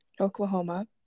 Oklahoma